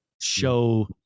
show